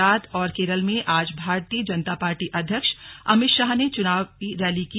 गुजरात और केरल में आज भारतीय जनता पार्टी अध्यक्ष अमित शाह ने चुनाव रैलियां की